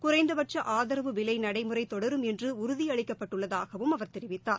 குறைந்தபட்ச ஆதரவு விலை நடைமுறை தொடரும் என்று உறுதியளிக்கப்பட்டுள்ளதாகவம் அவர் தெரிவித்தார்